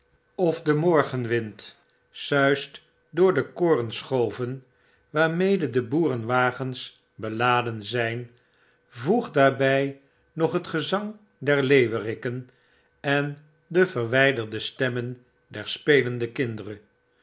of de morgenwind suist door de korenschooven waarmededeboerenwagens beladen zjjn voeg daarbjj nog het gezang der leeuweriken en de verwijderde stemmen der spelende kinderen